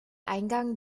eingang